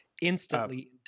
instantly